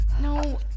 no